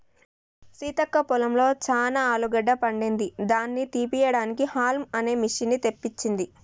సీతక్క పొలంలో చానా ఆలుగడ్డ పండింది దాని తీపియడానికి హౌల్మ్ అనే మిషిన్ని తెప్పించింది